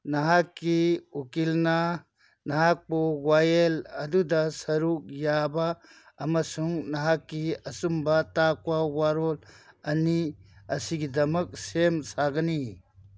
ꯅꯍꯥꯛꯀꯤ ꯎꯀꯤꯜꯅ ꯅꯍꯥꯛꯄꯨ ꯋꯥꯌꯦꯜ ꯑꯗꯨꯗ ꯁꯔꯨꯛ ꯌꯥꯕ ꯑꯃꯁꯨꯡ ꯅꯍꯥꯛꯀꯤ ꯑꯆꯨꯝꯕ ꯇꯥꯛꯄ ꯋꯥꯔꯣꯜ ꯑꯅꯤ ꯑꯁꯤꯒꯤꯗꯃꯛ ꯁꯦꯝ ꯁꯥꯒꯅꯤ